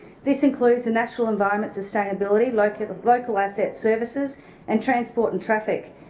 this includes the natural environment sustainability, local local asset services and transport and traffic.